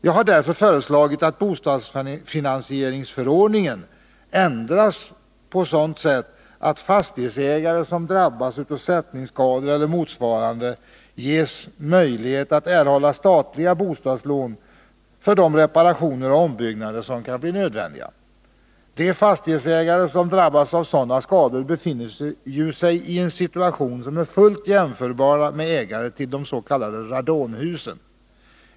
Jag har därför föreslagit att bostadsfinansieringsförordningen ändras på så sätt, att fastighetsägare som drabbas av sättningsskador eller motsvarande ges möjlighet att erhålla statliga bostadslån för de reparationer och ombyggnader som kan bli nödvändiga. De fastighetsägare som drabbas av dessa skador befinner sig ju i en situation som är fullt jämförbar med situationen för ägare till de s.k. radonhusen.